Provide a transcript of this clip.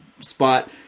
spot